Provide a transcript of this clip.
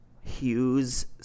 Hughes